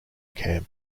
camp